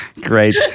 Great